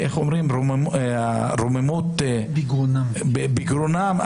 והרוממות בגרונם,